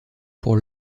pour